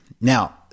Now